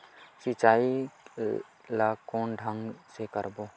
सिंचाई ल कोन ढंग से करबो?